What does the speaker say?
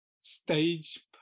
stage